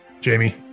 Jamie